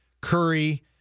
Curry